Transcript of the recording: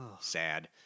Sad